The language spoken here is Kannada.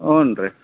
ಹ್ಞೂ ರೀ